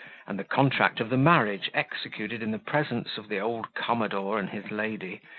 and the contract of the marriage executed in the presence of the old commodore and his lady,